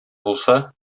булса